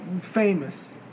famous